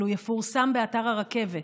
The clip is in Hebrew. אבל הוא יפורסם באתר הרכבת.